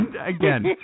Again